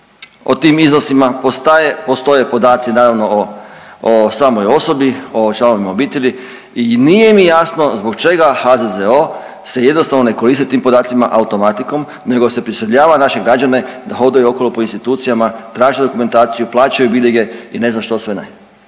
o tim iznosima, postoje podaci naravno o samoj osobi, o članovima obitelji i nije mi jasno zbog čega HZZO se jednostavno ne koristi tim podacima automatikom nego se prisiljava naše građane da hodaju okolo po institucijama, traže dokumentaciju, plaćaju biljege i ne znam što sve ne.